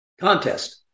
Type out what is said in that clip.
contest